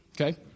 Okay